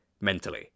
mentally